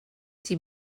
die